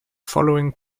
following